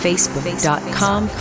Facebook.com